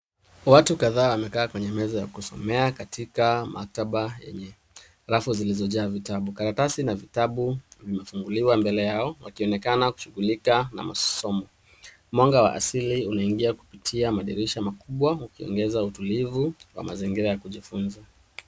Watu kadhaa wamekaa kwenye meza ya kusomea katika maktaba yenye rafu zilizojaa vitabu. Karatasi na vitabu vimefunguliwa mbele yao wakionekana kushungulika na masomo. Mwanga wa asili unaingia kupitia madirisha makubwa ukiongeza utulivu wa mazingira ya kujifunza.